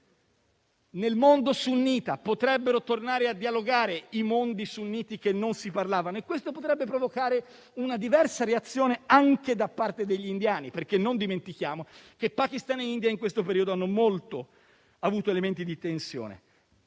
nel mondo sunnita, in quanto potrebbero tornare a dialogare i mondi sunniti che non si parlavano e ciò potrebbe provocare una diversa reazione anche da parte degli indiani. Infatti, non dimentichiamo che Pakistan e India in questo periodo hanno avuto molti elementi di tensione.